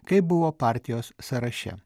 kaip buvo partijos sąraše